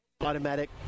automatic